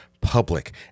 public